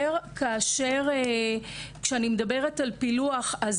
כשאני מדברת על פילוח,